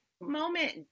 moment